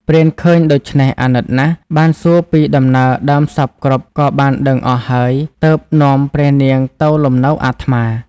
ព្រានឃើញដូច្នេះអាណិតណាស់ បានសួរពីដំណើរដើមសព្វគ្រប់ក៏បានដឹងអស់ហើយ ទើបនាំព្រះនាងទៅលំនៅអាត្មា។